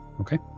Okay